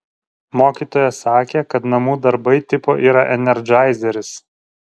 mokytoja sakė kad namų darbai tipo yra enerdžaizeris